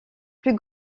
plus